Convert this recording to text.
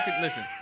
Listen